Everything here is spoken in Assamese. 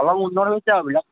অলপ উন্নয়ন হৈছে আৰু এইফালে